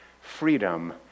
freedom